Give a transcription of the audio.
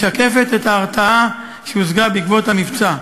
משקפת את ההרתעה שהושגה בעקבות המבצע.